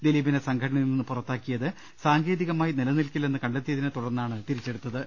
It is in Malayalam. ദിലീ പിനെ സംഘടനയിൽ നിന്ന് പുറത്താക്കിയത് സാങ്കേതികമായി നിലനിൽക്കി ല്ലെന്ന് കണ്ടെത്തിയതിനെ തുടർന്നാണ് തിരിച്ചെടുത്തത്